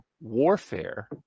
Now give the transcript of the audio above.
warfare